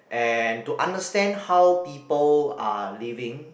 and to understand how people are living